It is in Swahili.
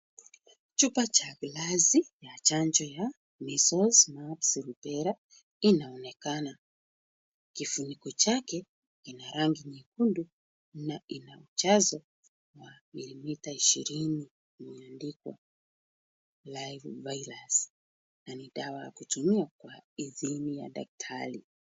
Chupa cha glasi ya chanjo ya measles, mumps, rubela inaonekana. Kifuniko chake kina rangi nyekundu na ina ujazo wa milimita ishirini, imeandikwa live virus na ni dawa ya kutumia kwa idhini ya daktari.